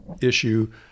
issue